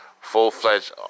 full-fledged